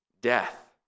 Death